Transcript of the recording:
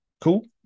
cool